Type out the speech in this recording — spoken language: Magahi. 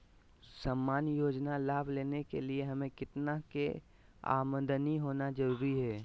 सामान्य योजना लाभ लेने के लिए हमें कितना के आमदनी होना जरूरी है?